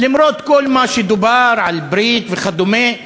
למרות כל מה שדובר על ברית וכדומה,